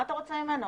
מה אתה רוצה ממנו?